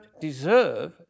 deserve